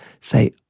say